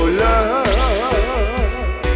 love